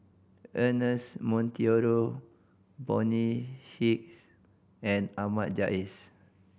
Ernest Monteiro Bonny Hicks and Ahmad Jais